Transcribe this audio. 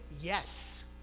yes